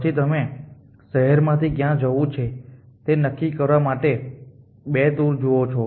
પછી તમે તે શહેરમાંથી ક્યાં જવું તે નક્કી કરવા માટે બે ટૂર જુઓ છો